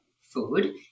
food